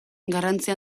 garrantzi